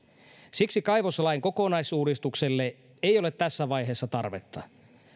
siksi kaivoslain kokonaisuudistukselle ei ole tässä vaiheessa tarvetta